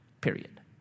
period